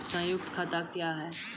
संयुक्त खाता क्या हैं?